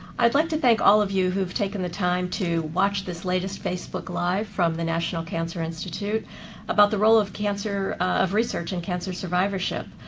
i'd like to thank all of you who've taken the time to watch this latest facebook live from the national cancer institute about the role of cancer, of research in cancer survivorship.